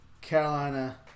Carolina